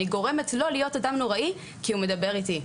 אני גורמת לו להיות בן אדם נוראי כי הוא מדבר איתי.